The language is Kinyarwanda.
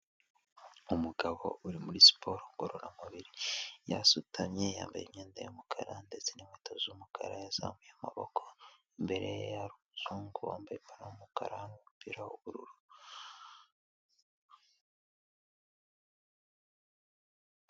Umugabo uri muri siporo ngororamubiri yasutamye, yambaye imyenda y'umukara ndetse n'inkweto z'umukara yazamuye amaboko, imbere ye hari umuzungu wambaye ipantaro y'umukara n'umupira w'ubururu.